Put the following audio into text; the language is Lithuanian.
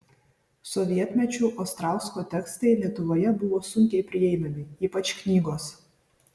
sovietmečiu ostrausko tekstai lietuvoje buvo sunkiai prieinami ypač knygos